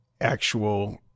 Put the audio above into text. actual